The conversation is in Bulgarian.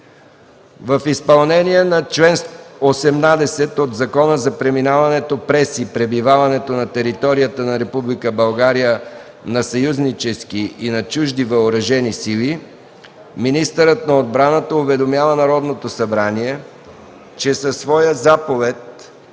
В изпълнение на чл. 18 от Закона за преминаването през и пребиваването на територията на Република България на съюзнически и на чужди въоръжени сили, министърът на отбраната уведомява Народното събрание, че със своя заповед